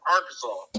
Arkansas